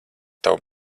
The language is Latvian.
tavu